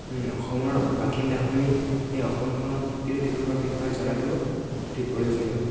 অসমৰ বাসিন্দা হৈ এই অসমখনৰ প্ৰতিটো দিশৰ বিষয়ে জনাটো অতি প্ৰয়োজনীয়